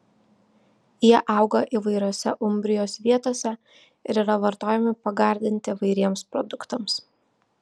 jie auga įvairiose umbrijos vietose ir yra vartojami pagardinti įvairiems produktams